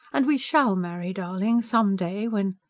and we shall marry, darling, some day when.